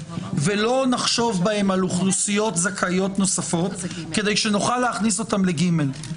ולא נחשוב בהן על אוכלוסיות זכאיות נוספות כדי שנוכל להכניס אותן ל-(ג).